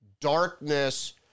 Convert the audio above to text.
darkness